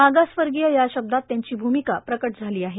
मागासवर्गीय या शब्दात त्यांची भूमिका प्रकट झाली आहे